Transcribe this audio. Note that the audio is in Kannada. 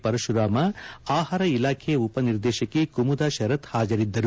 ಪರಶುರಾಮ ಆಹಾರ ಇಲಾಖೆ ಉಪನಿರ್ದೇಶಕಿ ಕುಮುದ ಶರತ್ ಹಾಜರಿದ್ದರು